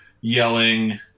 yelling